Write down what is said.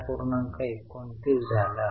29 झाला आहे